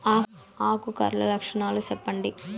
ఆకు కర్ల లక్షణాలు సెప్పండి